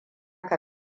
ka